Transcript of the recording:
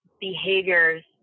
behaviors